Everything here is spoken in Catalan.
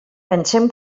pensem